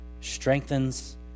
strengthens